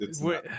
Wait